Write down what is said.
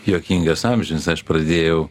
juokingas amžius aš pradėjau